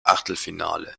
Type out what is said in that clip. achtelfinale